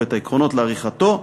ואת העקרונות לעריכתו,